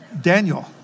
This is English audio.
Daniel